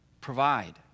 provide